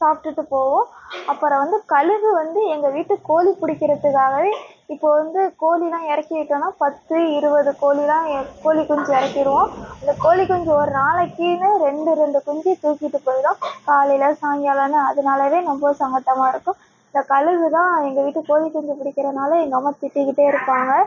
சாப்பிட்டுட்டு போகும் அப்புறம் வந்து கழுகு வந்து எங்கள் வீட்டு கோழி பிடிக்கிறதுக்காகவே இப்போ வந்து கோழிதான் இறக்கி விட்டோனா பத்து இருபது கோழிலாம் கோழிக்குஞ்சு இறக்கிருவோம் அந்த கோழிக்குஞ்சு ஒரு நாளைக்கு ரெண்டு ரெண்டு குஞ்சு தூக்கிட்டுப் போயிடும் காலையில் சாயங்காலம்னு அதனாலவே ரொம்ப சங்கடமா இருக்கும் இந்தக் கழுகுதான் எங்கள் வீட்டு கோழிக்குஞ்சை பிடிக்கிறனால எங்கள் அம்மா திட்டிக்கிட்டே இருப்பாங்க